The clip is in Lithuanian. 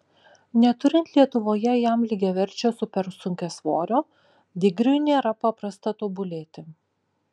neturint lietuvoje jam lygiaverčio supersunkiasvorio digriui nėra paprasta tobulėti